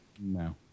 No